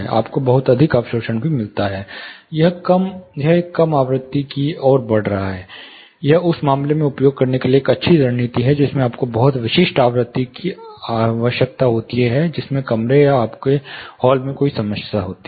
आपको बहुत अधिक अवशोषण भी मिलता है यह एक कम आवृत्ति की ओर बढ़ रहा है यह उस मामले में उपयोग करने के लिए एक अच्छी रणनीति है जिसमें आपको बहुत विशिष्ट आवृत्ति की आवश्यकता होती है जिसमें कमरे या आपके हॉल में कोई समस्या होती है